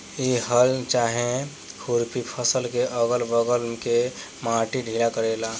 इ हल चाहे खुरपी फसल के अगल बगल के माटी ढीला करेला